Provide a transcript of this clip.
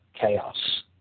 chaos